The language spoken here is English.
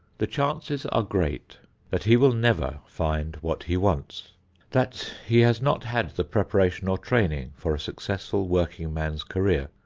the chances are great that he will never find what he wants that he has not had the preparation or training for a successful workingman's career,